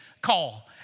call